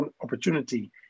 opportunity